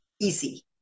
easy